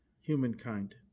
humankind